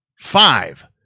five